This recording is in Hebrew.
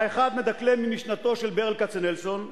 האחד מדקלם ממשנתו של ברל כצנלסון,